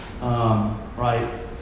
Right